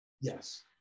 Yes